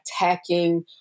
attacking